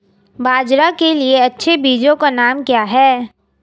बाजरा के लिए अच्छे बीजों के नाम क्या हैं?